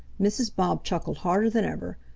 mrs. bob chuckled harder than ever.